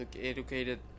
educated